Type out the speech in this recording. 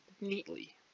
neatly